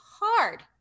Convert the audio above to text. hard